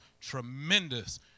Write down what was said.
tremendous